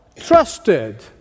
trusted